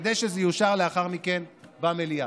כדי שזה יאושר לאחר מכן במליאה.